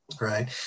right